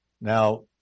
Now